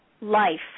life